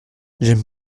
j’aime